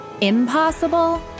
impossible